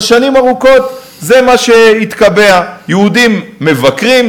אבל שנים ארוכות זה מה שהתקבע: יהודים מבקרים,